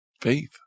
Faith